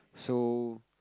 so